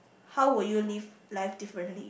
how would you live life differently